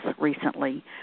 recently